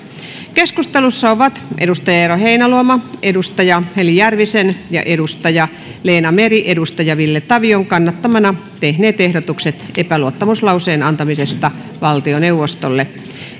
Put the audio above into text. keskustelussa ovat eero heinäluoma heli järvisen kannattamana ja leena meri ville tavion kannattamana tehneet ehdotukset epäluottamuslauseen antamisesta valtioneuvostolle